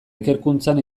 ikerkuntzan